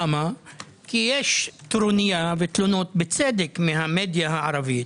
כי יש טרוניה ותלונות בצדק מהמדיה הערבית